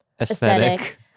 aesthetic